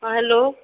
hello